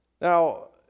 Now